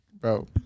bro